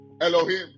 Elohim